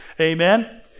Amen